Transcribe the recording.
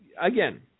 Again